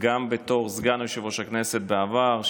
גם בתור סגן יושב-ראש הכנסת בעבר,